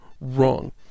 wrong